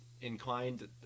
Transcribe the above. inclined